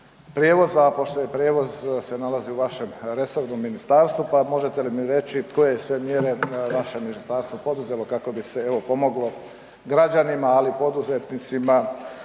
prijevoza, a pošto se prijevoz nalazi u vašem resornom ministarstvu pa možete li mi reći koje je sve mjere vaše ministarstvo poduzelo kako bi se pomoglo građanima, ali i poduzetnicima